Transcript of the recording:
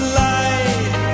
light